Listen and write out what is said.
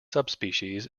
subspecies